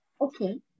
Okay